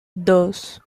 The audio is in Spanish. dos